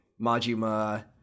Majima